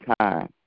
time